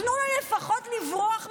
תנו לה לפחות לברוח מהמליאה,